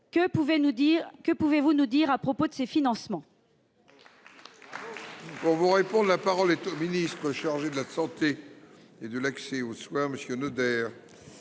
que pouvez vous nous dire à propos de ces financements ?